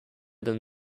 than